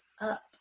up